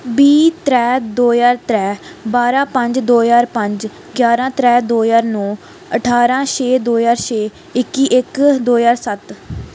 बीह् त्रै दो ज्हार त्रै बारां पंज दो ज्हार पंज ग्यारह त्रै दो ज्हार नौ ठारां छे दो ज्हार छे इक्की इक दो ज्हार सत